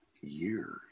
years